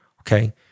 Okay